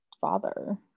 father